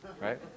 Right